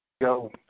go